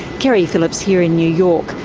keri phillips here in new york,